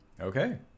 Okay